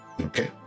okay